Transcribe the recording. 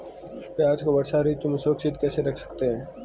प्याज़ को वर्षा ऋतु में सुरक्षित कैसे रख सकते हैं?